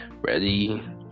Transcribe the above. ready